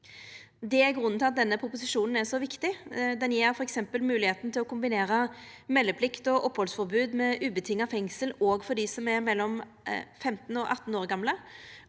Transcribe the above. Det er grunnen til at denne proposisjonen er så viktig. Den gjev f.eks. moglegheit til å kombinera meldeplikt og opphaldsforbod med fengsel utan vilkår òg for dei som er mellom 15 og 18 år gamle.